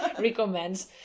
recommends